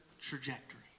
trajectory